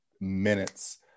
minutes